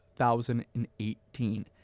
2018